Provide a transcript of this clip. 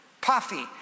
Puffy